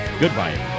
goodbye